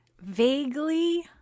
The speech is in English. Vaguely